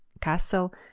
castle